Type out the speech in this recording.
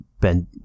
Ben